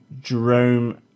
Jerome